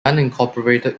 unincorporated